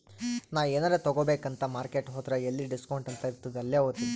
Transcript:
ನಾ ಎನಾರೇ ತಗೋಬೇಕ್ ಅಂತ್ ಮಾರ್ಕೆಟ್ ಹೋದ್ರ ಎಲ್ಲಿ ಡಿಸ್ಕೌಂಟ್ ಅಂತ್ ಇರ್ತುದ್ ಅಲ್ಲೇ ಹೋತಿನಿ